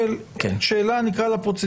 עכשיו אני שאול שאלה, נקרא לה פרוצדורלית.